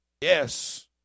Yes